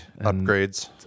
upgrades